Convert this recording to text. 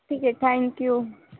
ٹھیک ہے thank you